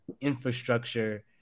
infrastructure